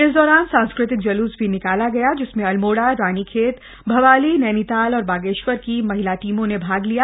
इस दौरान सांस्कृतिक जुलूस भी निकाला गया जिसमें अल्मोड़ा रानीखेत भवाली नैनीताल और बागेश्वर की महिला टीमों ने भाग लिया